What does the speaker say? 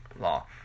Law